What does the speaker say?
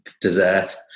dessert